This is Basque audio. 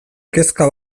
kezka